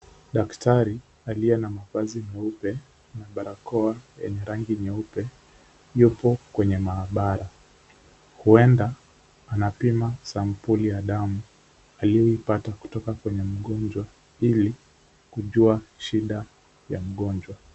Daktari aliye na mavazi meupe na barakoa yenye rangi nyeupe yupo kwenye maabara, huenda anapima sampuli ya damu aliyoipata kutoka kwenye mgonjwa ili kujua shida ya mgonjwa.